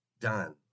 done